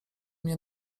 mnie